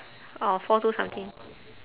or four two something